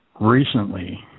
recently